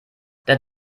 der